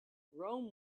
rome